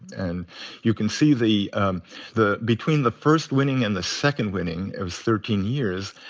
and you can see the um the between the first winning and the second winning, it was thirteen years.